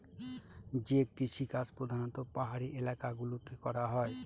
যে কৃষিকাজ প্রধানত পাহাড়ি এলাকা গুলোতে করা হয়